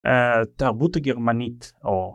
תרבות הגרמנית או